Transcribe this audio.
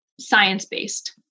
science-based